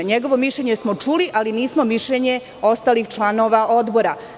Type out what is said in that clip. Njegovo mišljenje smo čuli, ali nismo mišljenje ostalih članova Odbora.